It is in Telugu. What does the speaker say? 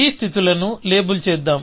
ఈ స్థితులను ను లేబుల్ చేద్దాం